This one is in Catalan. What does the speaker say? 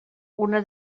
una